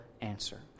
answer